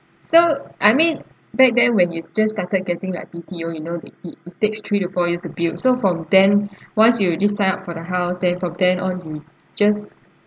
so I mean back then when you just started getting like B_T_O you know it it it takes three to four years to build so from then once you already signed up for the house then from then on you just